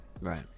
Right